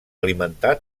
alimentar